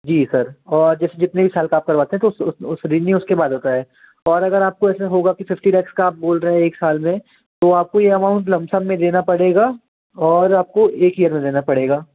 जी sir और जैसे जितने भी साल का आप करवाते हैं तो उस उस उस रिन्यूस के बाद का है और अगर आपका इसमें होगा कि फ़िफ़्टी लैक्स का आप बोल रहे हैं एक साल में तो आपको ये अमाउन्ट लम सम में देना पड़ेगा और आपको एक ही ईयर में देना पड़ेगा